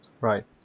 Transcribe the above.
Right